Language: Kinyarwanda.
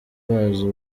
bazo